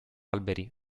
alberi